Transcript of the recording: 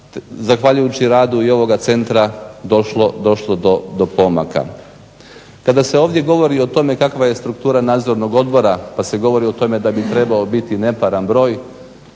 zahvaljujući i radu ovoga centra došlo do pomaka. Kada se ovdje govori o tome kakva je struktura nadzornog odbora, pa se govori o tome da bi trebao biti neparan broj